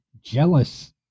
jealous